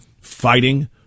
Fighting